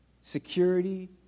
security